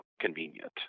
convenient